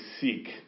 seek